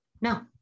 no